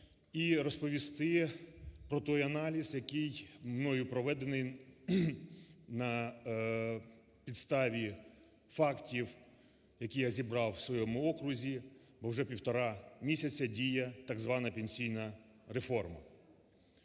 і розповісти про той аналіз, який мною проведений на підставі фактів, які я зібрав в своєму окрузі, бо вже півтора місяця діє так звана пенсійна реформа.